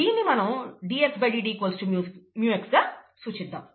దీన్ని మనం dxdt µx గా సూచిద్దాం